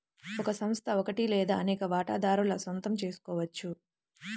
ఒక సంస్థ ఒకటి లేదా అనేక వాటాదారుల సొంతం చేసుకోవచ్చు